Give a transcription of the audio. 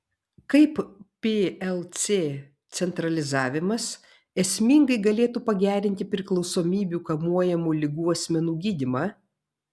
kaip plc centralizavimas esmingai galėtų pagerinti priklausomybių kamuojamų ligų asmenų gydymą